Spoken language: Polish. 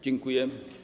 Dziękuję.